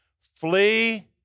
Flee